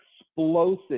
explosive